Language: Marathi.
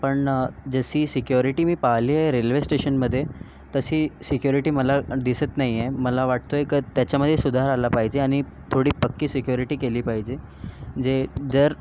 पण जशी सिक्युरिटी मी पाहिली आहे रेल्वे स्टेशनमध्ये तशी सिक्युरिटी मला दिसत नाही आहे मला वाटतो आहे का त्याच्यामध्ये सुधार आला पाहिजे आणि थोडी पक्की सिक्युरिटी केली पाहिजे जे जर